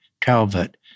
Calvert